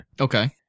Okay